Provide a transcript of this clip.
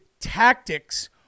tactics